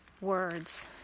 words